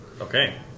Okay